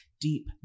deep